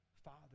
Father